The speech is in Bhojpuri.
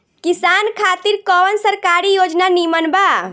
किसान खातिर कवन सरकारी योजना नीमन बा?